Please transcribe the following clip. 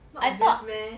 not obvious meh